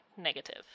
negative